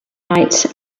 night